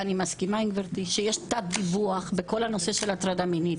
אני מסכימה עם גברתי שיש תת דיווח בכל נושא ההטרדה המינית.